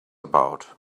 about